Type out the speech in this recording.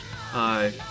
Hi